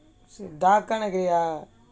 dark ஆன கையா:aana kaiyaa